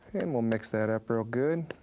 and we'll mix that up real good